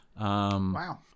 Wow